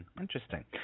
Interesting